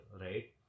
Right